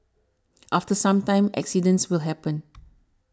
after some time accidents will happen